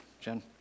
Jen